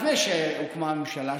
לפני שהוקמה הממשלה,